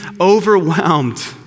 overwhelmed